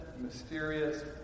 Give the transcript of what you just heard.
mysterious